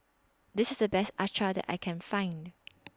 This IS The Best Acar that I Can Find